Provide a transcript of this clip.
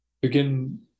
begin